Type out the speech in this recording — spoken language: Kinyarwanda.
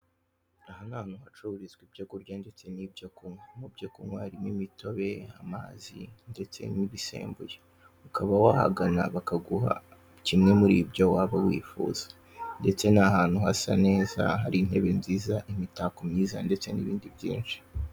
Aha ni ahantu hacururizwa iibyo kurya n'ibyo kunywa, Ibyo kunywa harimo: imItobe, amazi ndetse n'ibisembuye; ukaba wahagana bakaguha kimwe muri ibyo waba wifuza, ndetse ni ahantu hasa neza, hari intebe nziza, imitako myiza ndetse n'ibindi byinshi.